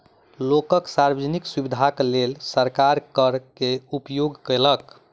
लोकक सार्वजनिक सुविधाक लेल सरकार कर के उपयोग केलक